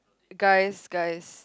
guys guys